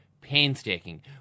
painstaking